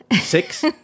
Six